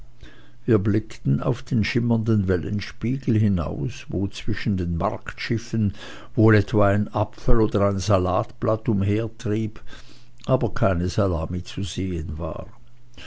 wir blickten auf den schimmernden wellenspiegel hinaus wo zwischen den marktschiffen wohl etwa ein apfel oder ein salatblatt umhertrieb aber keine salami zu sehen war